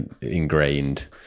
ingrained